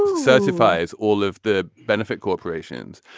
certifies all of the benefit corporations.